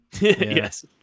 Yes